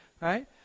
right